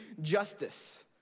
justice